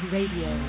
Radio